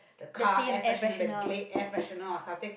car air freshener the Glade air freshener or something